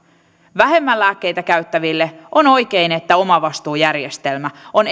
vähemmän lääkkeitä käyttäville on oikein että omavastuujärjestelmä on